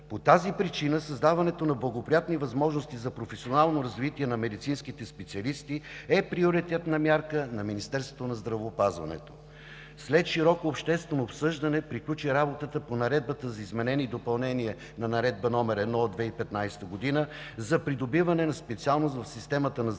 По тази причина създаването на благоприятни възможности за професионално развитие на медицинските специалисти е приоритетна мярка на Министерството на здравеопазването. След широко обществено обсъждане приключи работата по Наредбата за изменение и допълнение на Наредба № 1 от 2015 г. за придобиване на специалност в системата на здравеопазването,